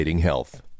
health